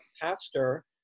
pastor